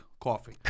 coffee